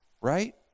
Right